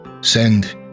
send